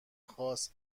خاص